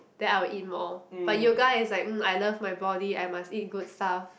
then I will eat more but yoga is like mm I love my body I must eat good stuff